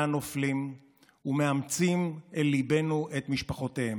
הנופלים ומאמצים אל ליבנו את משפחותיהם,